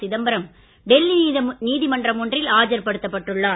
சிதம்பரம் டெல்லி நீதிமன்றம் ஒன்றில் ஆஜர் படுத்தப்பட்டுள்ளார்